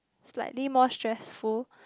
slightly more stressful